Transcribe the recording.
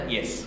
Yes